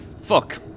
Fuck